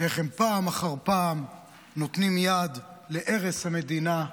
איך הם פעם אחר פעם נותנים יד להרס המדינה,